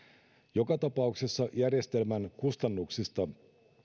joka tapauksessa järjestelmän kustannuksista